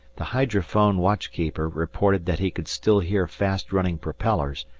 the hydrophone watchkeeper reported that he could still hear fast-running propellers,